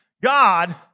God